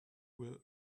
will